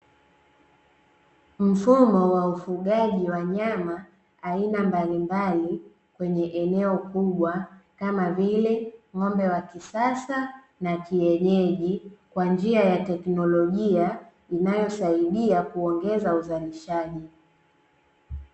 Mfumo wa ufugaji wanyama aina mbali mbali kwenye eneo kubwa kama vile ng'ombe wa kisasa na kienyeji kwa njia ya teknolojia inayosaidia kuongeza uzalishaji.